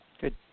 Good